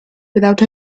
without